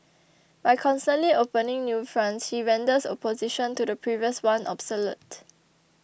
by constantly opening new fronts he renders opposition to the previous one obsolete